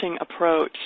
approach